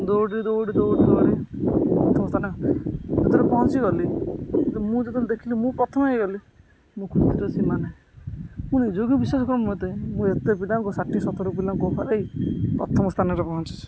ଦୌଡ଼ି ଦୌଡ଼ି ଦୌଡ଼ି ଦୌଡ଼ି ପ୍ରଥମ ସ୍ଥାନ ଭିତରେ ପହଞ୍ଚିଗଲି ମୁଁ ଯେତେବେଳେ ଦେଖିଲି ମୁଁ ପ୍ରଥମେ ହୋଇଗଲି ମୋ ଖୁସିର ସୀମା ନାହିଁ ମୁଁ ନିଜକୁ ବିଶ୍ୱାସ କରିପାରିଲିନି ମୋତେ ମୁଁ ଏତେ ପିଲା ଷାଠିଏ ସତୁରି ପିଲାଙ୍କ ଭିତରେ ପ୍ରଥମ ସ୍ଥାନରେ ପହଞ୍ଚିଛିି